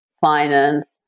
finance